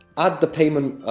add the payment